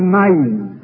mind